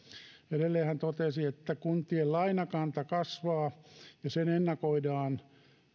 edelleen hän totesi että kuntien lainakanta kasvaa sen ennakoidaan